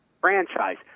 franchise